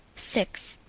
six.